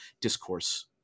discourse